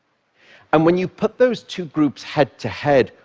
and when you put those two groups head to head,